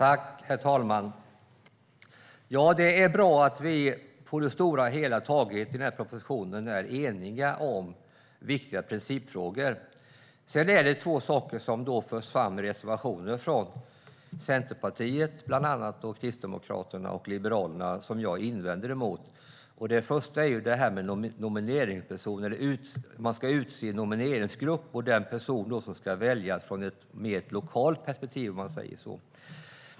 Herr talman! Det är bra att vi på det stora hela är eniga om viktiga principfrågor i den här propositionen. Sedan är det två saker som jag invänder emot av det som förs fram i reservationer från Centerpartiet, Kristdemokraterna och Liberalerna. Det första är det här med nomineringspersoner. Man ska utse en nomineringsgrupp, och en person ska väljas från ett mer lokalt perspektiv.